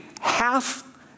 Half